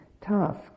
task